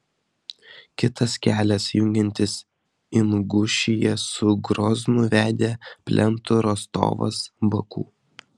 kitas kelias jungiantis ingušiją su groznu vedė plentu rostovas baku